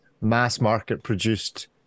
mass-market-produced